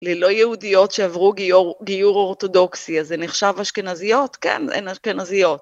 ללא יהודיות שעברו גיור אורתודוקסי, אז זה נחשב אשכנזיות? כן, הן אשכנזיות.